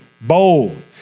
Bold